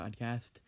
Podcast